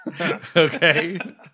Okay